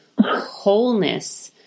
wholeness